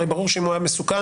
הרי ברור שאם הוא היה מסוכן,